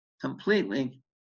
completely